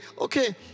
okay